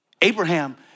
Abraham